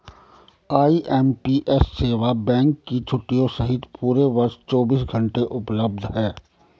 IMPS सेवा bank की छुट्टियों सहित पूरे वर्ष चौबीस घंटे उपलब्ध है